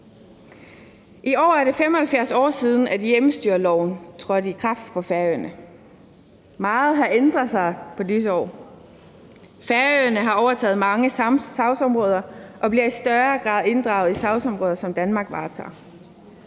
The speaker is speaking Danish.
er det 75 år siden, at hjemmestyreloven trådte i kraft på Færøerne. Meget har ændret sig på disse år. Færøerne har overtaget mange sagsområder og bliver i større grad inddraget i sagsområder, som Danmark varetager.